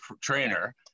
trainer